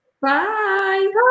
Bye